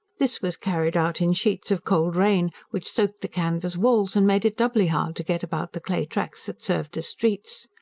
this was carried out in sheets of cold rain, which soaked the canvas walls and made it doubly hard to get about the clay tracks that served as streets.